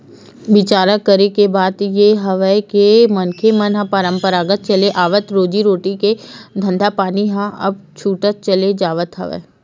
बिचार करे के बात ये हवय के मनखे मन के पंरापरागत चले आवत रोजी रोटी के धंधापानी ह अब छूटत चले जावत हवय